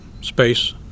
space